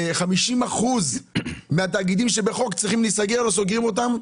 50% מהתאגידים שבחוק צריכים להיסגר ולא סוגרים אותם.